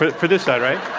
for for this side, right?